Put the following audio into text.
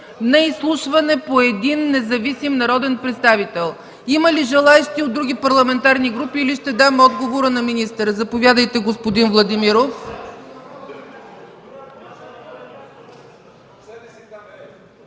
не изслушване по един независим народен представител. Има ли желаещи от други парламентарни групи, или ще дам отговора на министъра? Заповядайте, господин Владимиров.